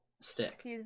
Stick